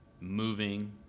moving